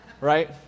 Right